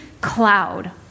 cloud